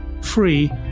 free